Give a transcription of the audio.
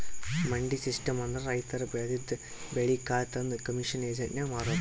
ಮಂಡಿ ಸಿಸ್ಟಮ್ ಅಂದ್ರ ರೈತರ್ ಬೆಳದಿದ್ದ್ ಬೆಳಿ ಕಾಳ್ ತಂದ್ ಕಮಿಷನ್ ಏಜೆಂಟ್ಗಾ ಮಾರದು